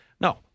No